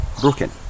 broken